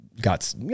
got